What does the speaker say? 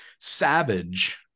savage